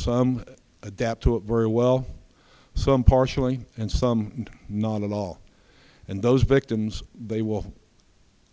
some adapt to it very well some partially and some and not all and those victims they will